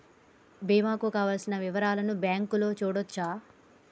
బీమా కు కావలసిన వివరాలను బ్యాంకులో చూడొచ్చా?